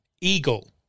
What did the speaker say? Eagle